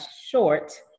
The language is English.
short